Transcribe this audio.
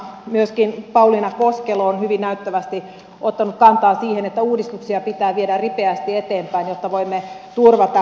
myöskin pauliine koskelo on hyvin näyttävästi ottanut kantaa siihen että uudistuksia pitää viedä ripeästi eteenpäin jotta voimme turvata oikeusturvan